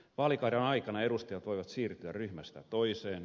vaalikauden aikana edustajat voivat siirtyä ryhmästä toiseen